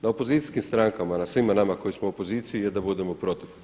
Na opozicijskim strankama, na svima nama koji smo u opoziciji je da budemo protiv.